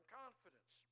confidence